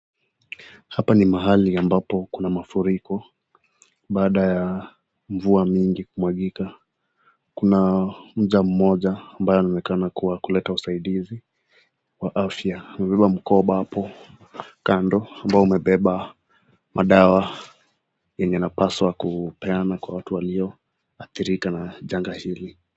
Hapa ni mahali ambapo kuna mafuriko, baada ya mvua mingi kumwagika, kuna mja mmoja ambaye anaonekana kuwa kuleta usadizi wa afya, amebeba mkoba hapo kando ambao umebeba madawa yenye inapaswa kupeana kwa watu walioadhirika na janga hili.